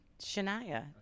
Shania